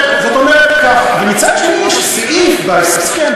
מצד שני יש סעיף בהסכם,